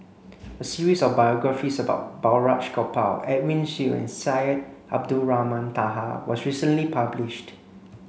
a series of biographies about Balraj Gopal Edwin Siew and Syed Abdulrahman Taha was recently published